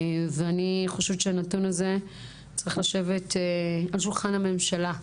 ואני חושבת שהנתון הזה צריך לשבת על שולחן הממשלה.